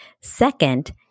Second